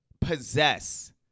possess